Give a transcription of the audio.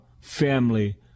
family